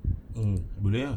mm boleh ah